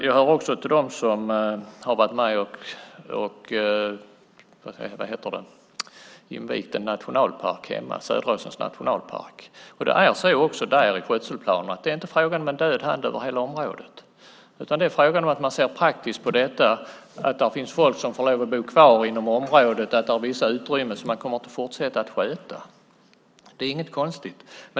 Jag hör också till dem som har varit med och invigt en nationalpark hemmavid, Söderåsens nationalpark. Också där framgår det av skötselplanen att det inte är fråga om att man lägger en död hand över hela området, utan man ser praktiskt på detta. Det är folk som får lov att bo kvar inom området, och det är vissa utrymmen som man kommer att få fortsätta sköta. Det är inget konstigt.